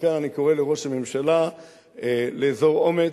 מכאן אני קורא לראש הממשלה לאזור אומץ,